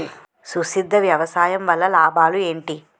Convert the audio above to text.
సుస్థిర వ్యవసాయం వల్ల లాభాలు ఏంటి?